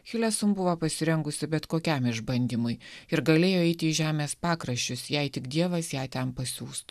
hilesum buvo pasirengusi bet kokiam išbandymui ir galėjo eiti į žemės pakraščius jei tik dievas ją ten pasiųst